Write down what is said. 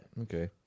Okay